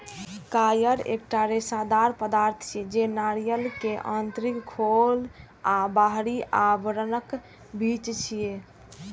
coir एकटा रेशेदार पदार्थ छियै, जे नारियल के आंतरिक खोल आ बाहरी आवरणक बीच रहै छै